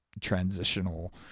transitional